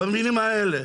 במילים האלה.